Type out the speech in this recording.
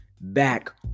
back